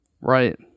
Right